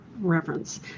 reverence